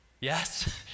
Yes